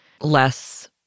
less